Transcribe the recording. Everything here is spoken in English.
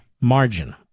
margin